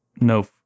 no